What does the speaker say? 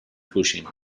pushing